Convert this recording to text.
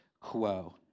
quo